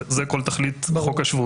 זה כל תכלית חוק השבות.